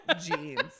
jeans